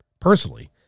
personally